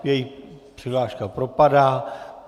Jejich přihláška propadá.